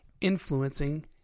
influencing